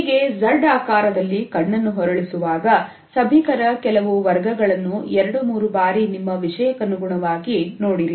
ಹೀಗೆ Z ಆಕಾರದಲ್ಲಿ ಕಣ್ಣನ್ನು ಹೊರಳಿಸುವಾಗ ಸಭಿಕರ ಕೆಲವು ವರ್ಗಗಳನ್ನು ಎರಡು ಮೂರು ಬಾರಿ ನಿಮ್ಮ ವಿಷಯಕ್ಕನುಗುಣವಾಗಿ ನೋಡಿರಿ